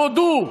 תודו.